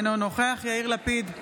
אינו נוכח יאיר לפיד,